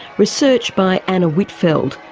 research by anna whitfeld.